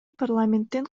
парламенттин